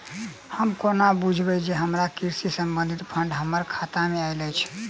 हम कोना बुझबै जे हमरा कृषि संबंधित फंड हम्मर खाता मे आइल अछि?